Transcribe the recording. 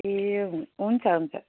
ए हु हुन्छ हुन्छ